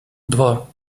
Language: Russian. два